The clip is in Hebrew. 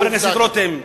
חבר הכנסת רותם,